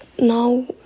Now